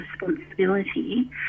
responsibility